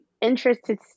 interested